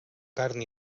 carn